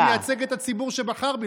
אני מייצג את הציבור שבחר בי,